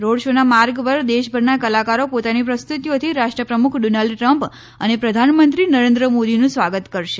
road show ના માર્ગ પર દેશભરના કલાકારો પોતાની પ્રસ્તુતીઓથી રાષ્ટ્રપ્રમુખ ડોનાલ્ડ ટ્રમ્પ અને પ્રધાનમંત્રી નરેન્દ્ર મોદીનું સ્વાગત કરશે